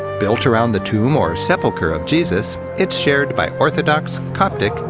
built around the tomb, or sepulchre, of jesus, it's shared by orthodox, coptic,